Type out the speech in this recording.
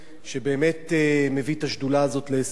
שבאמת מביא את השדולה הזאת להישגים.